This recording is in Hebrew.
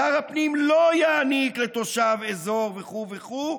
שר הפנים לא יעניק לתושב אזור וכו' וכו'